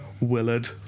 Willard